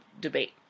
debate